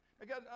Again